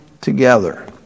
together